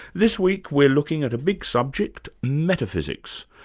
this week we're looking at a big subject metaphysics.